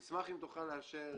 נשמח אם תוכל לאפשר